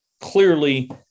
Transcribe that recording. Clearly